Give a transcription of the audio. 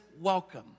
welcome